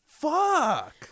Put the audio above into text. Fuck